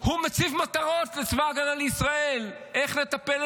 והוא מציב מטרות לצבא ההגנה לישראל איך לטפל